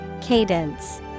Cadence